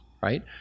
right